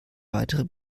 weitere